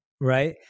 right